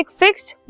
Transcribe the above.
fixed